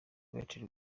martin